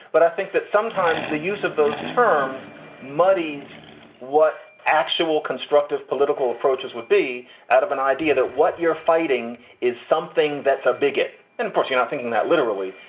but i think that sometimes the use of those terms muddies what actual constructive political approaches would be out of an idea that what you're fighting is something that's a bigot. and you're not thinking that literally.